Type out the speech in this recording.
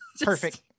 Perfect